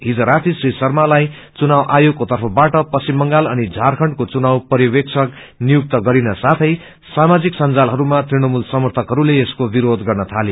हिज राती श्री शर्मालाई चुनाव आयोगको तर्फबाट पश्चिम बंगाल अनि झारखण्डको चुनाव पर्यविक्षक नियुक्त गरिनसाथै सामाजिकसंजलमा तृणमूल समर्थकहस्ले यसको विरोध गर्न थाले